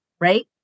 right